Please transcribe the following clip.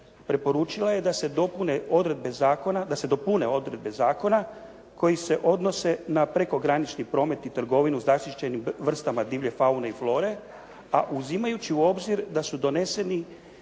preporučila je da se dopune odredbe zakona koje se odnose na prekogranični promet i trgovinu zaštićenim vrstama divlje faune i flore, a uzimajući u obzir da su doneseni